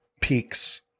peaks